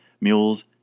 mules